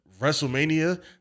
wrestlemania